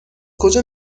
کجا